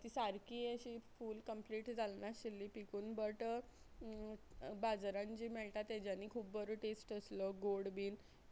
ती सारकी अशी फूल कंप्लीट जाल् नाशिल्ली पिकून बट बाजारान जी मेळटा तेज्यानी खूब बरो टेस्ट आसलो गोड बीन